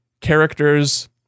characters